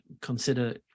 consider